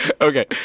Okay